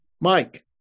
Mike